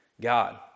God